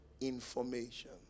information